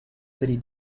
city